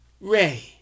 Ray